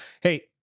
Hey